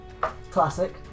classic